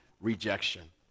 rejection